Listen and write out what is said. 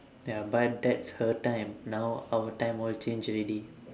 ya but that's her time now our time all change already